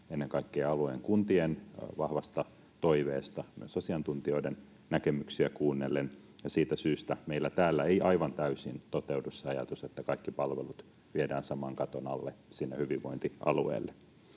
ennen kaikkea alueen kuntien vahvasta toiveesta, myös asiantuntijoiden näkemyksiä kuunnellen, ja siitä syystä täällä ei aivan täysin toteudu se ajatus, että kaikki palvelut viedään saman katon alle sinne hyvinvointialueelle.